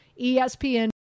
ESPN